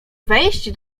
wejść